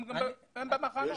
הם במחנות.